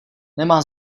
nemá